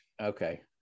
Okay